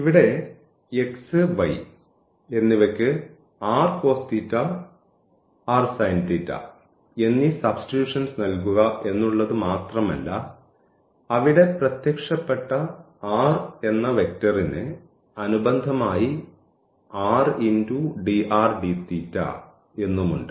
ഇവിടെ x y എന്നിവക്ക് എന്നീ സബ്സ്റ്റിട്യൂഷൻസ് നൽകുക എന്നുള്ളത് മാത്രമല്ല അവിടെ പ്രത്യക്ഷപ്പെട്ട r എന്ന വെക്റ്റർറിന് അനുബന്ധമായി എന്നും ഉണ്ട്